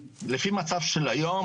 אם תהיינה אבל לפי המצב של היום,